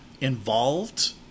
involved